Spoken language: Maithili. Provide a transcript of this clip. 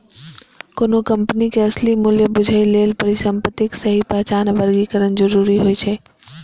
कोनो कंपनी के असली मूल्य बूझय लेल परिसंपत्तिक सही पहचान आ वर्गीकरण जरूरी होइ छै